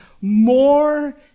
more